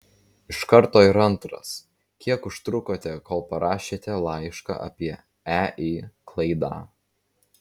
iš karto ir antras kiek užtrukote kol parašėte laišką apie ei klaidą